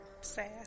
Sad